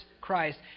Christ